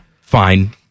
fine